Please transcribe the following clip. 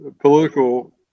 political